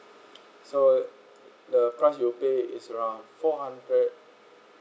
so the price you pay is around four hundred